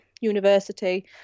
university